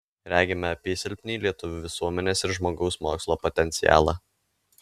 regime apysilpnį lietuvių visuomenės ir žmogaus mokslo potencialą